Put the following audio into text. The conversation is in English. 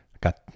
got